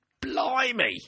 Blimey